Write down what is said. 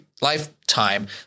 lifetime